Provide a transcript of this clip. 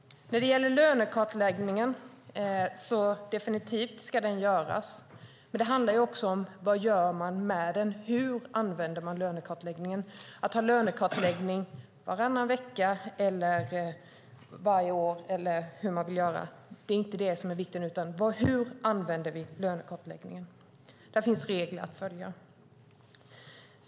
Lönekartläggning ska definitivt göras, men det handlar också om vad man gör med den och hur man använder den. Att ha lönekartläggning varannan vecka eller varje år är inte det viktiga; det viktiga är hur vi använder lönekartläggningen. Där finns regler att följa.